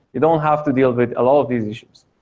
you don't have to deal with a lot of these issues.